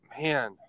Man